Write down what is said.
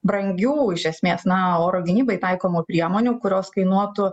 brangių iš esmės na oro gynybai taikomų priemonių kurios kainuotų